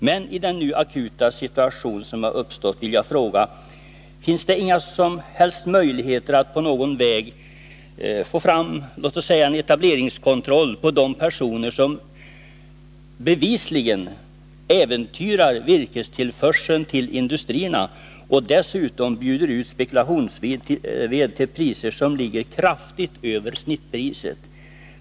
Men när det gäller den akuta situation som nu har uppstått vill jag fråga: Finns det inga ningen till skogssom helst möjligheter att på någon väg få fram en etableringskontroll för de industrin i Värmpersoner som bevisligen äventyrar virkestillförseln till industrierna och — Jands län dessutom bjuder ut spekulationsved till priser som ligger kraftigt över snittpriset?